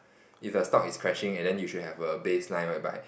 if a stock is crashing and then you should have a baseline whereby